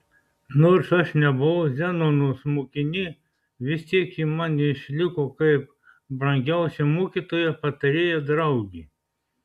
nors aš nebuvau zenonos mokinė vis tik ji man išliko kaip brangiausia mokytoja patarėja draugė